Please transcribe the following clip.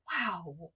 wow